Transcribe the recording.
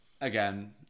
Again